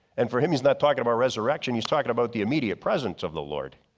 and for him he's not talking about resurrection, he's talking about the immediate presence of the lord.